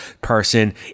person